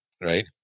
right